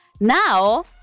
Now